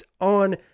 on